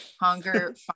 hunger